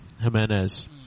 Jimenez